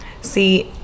see